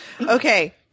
Okay